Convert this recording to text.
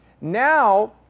Now